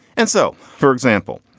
and so, for example,